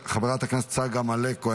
חברת הכנסת צגה מלקו,